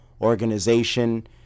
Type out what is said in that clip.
organization